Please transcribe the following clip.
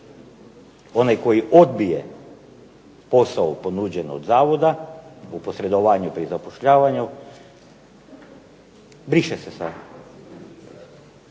Onaj koji odbije posao ponuđen od zavoda u posredovanju pri zapošljavanju briše se.